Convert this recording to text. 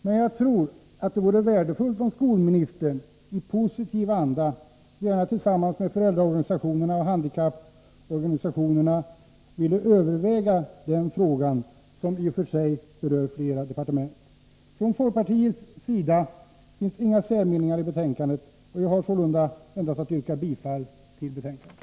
Men jag tror att det vore värdefullt om skolministern i positiv anda, gärna tillsammans med föräldraorganisationerna och handikapporganisationerna, ville överväga denna fråga, som i och för sig berör flera departement. Från folkpartiets sida finns inga särmeningar i betänkandet, och jag har sålunda endast att yrka bifall till utskottets hemställan.